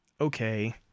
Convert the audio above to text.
okay